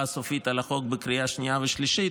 הסופית על החוק בקריאה שנייה ושלישית.